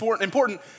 important